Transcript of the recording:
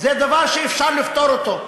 זה דבר שאפשר לפתור אותו.